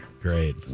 Great